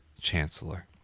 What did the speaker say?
Chancellor